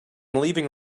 leaving